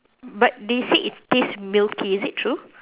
but they say it tastes milky is it true